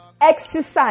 exercise